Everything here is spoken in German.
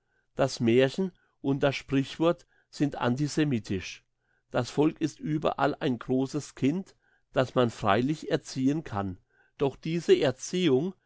das märchen und das sprichwort sind antisemitisch das volk ist überall ein grosses kind das man freilich erziehen kann doch diese erziehung